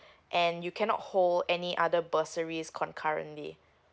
and you cannot hold any other bursaries concurrently